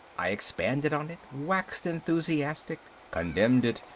i expanded on it, waxed enthusiastic, condemned it,